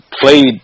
played